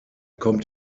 kommt